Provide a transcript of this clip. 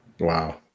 Wow